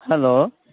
hello